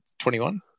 21